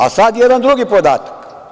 A, sada jedan drugi podatak.